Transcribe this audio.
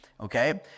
Okay